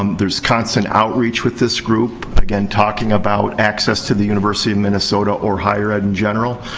um there's constant outreach with this group. again, talking about access to the university of minnesota or higher ed in general.